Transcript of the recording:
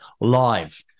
live